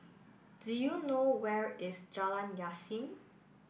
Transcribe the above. do you know where is Jalan Yasin